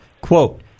Quote